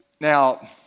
Now